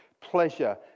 pleasure